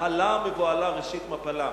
נחלה מבוהלה ראשית מפלה.